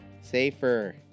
Safer